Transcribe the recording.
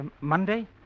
Monday